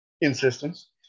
Insistence